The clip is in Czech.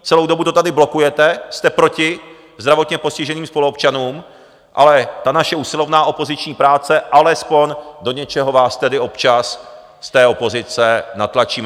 Celou dobu to tady blokujete, jste proti zdravotně postiženým spoluobčanům, ale naše usilovná opoziční práce alespoň do něčeho vás tedy občas z opozice natlačíme.